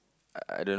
I don't know